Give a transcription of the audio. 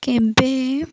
କେବେ